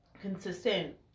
Consistent